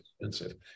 expensive